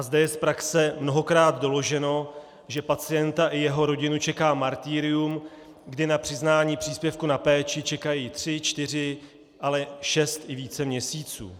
Zde je z praxe mnohokrát doloženo, že pacienta i jeho rodinu čeká martyrium, kdy na přiznání příspěvku na péči čekají tři, čtyři, ale i šest a více měsíců.